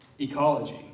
ecology